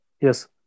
Yes